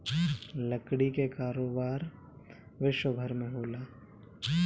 लकड़ी कअ कारोबार विश्वभर में होला